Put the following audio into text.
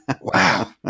Wow